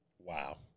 Wow